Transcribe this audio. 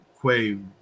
que